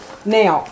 Now